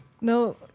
No